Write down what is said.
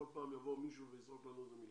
שכל פעם בא מישהו וזורק לנו איזו מילה.